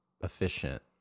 efficient